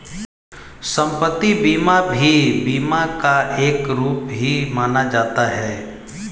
सम्पत्ति बीमा भी बीमा का एक रूप ही माना जाता है